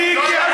מיקי,